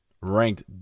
Ranked